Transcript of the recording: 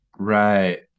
Right